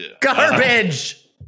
garbage